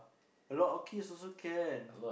a lot of kids also can